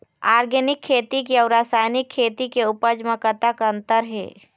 Organic खेती के अउ रासायनिक खेती के उपज म कतक अंतर हे?